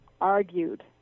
argued